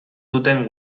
duten